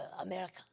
America